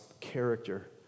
character